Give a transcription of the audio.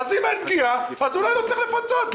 אם אין פגיעה אז אולי לא צריך לפצות.